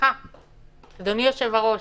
אדוני היושב-ראש,